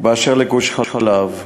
באשר לגוש-חלב,